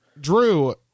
Drew